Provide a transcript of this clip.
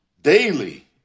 daily